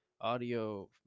audio